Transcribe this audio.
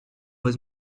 was